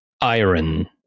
iron